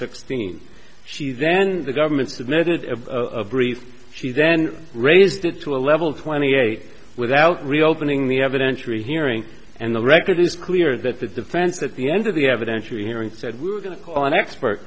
sixteen she then the government submitted briefs she then raised it to a level twenty eight without reopening the evidence rehearing and the record is clear that the defense at the end of the evidence you're hearing said we're going to call an expert